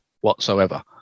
whatsoever